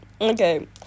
okay